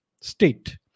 state